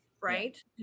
right